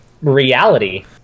reality